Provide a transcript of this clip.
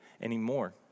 anymore